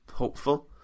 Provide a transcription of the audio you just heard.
Hopeful